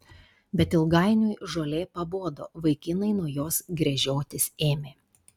bet ilgainiui žolė pabodo vaikinai nuo jos gręžiotis ėmė